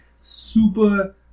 super